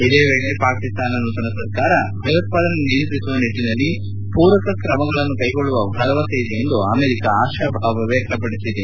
ಇದೇ ವೇಳೆ ಪಾಕಿಸ್ತಾನ ನೂತನ ಸರ್ಕಾರ ಭಯೋತ್ವಾದನೆ ನಿಯಂತ್ರಿಸುವ ನಿಟ್ಟನಲ್ಲಿ ಪೂರಕ ಕ್ರಮಗಳನ್ನು ಕೈಗೊಳ್ಳುವ ಭರವಸೆ ಇದೆ ಎಂದು ಅಮೆರಿಕ ಆಶಾಭಾವ ವ್ಯಕ್ತಪಡಿಸಿದೆ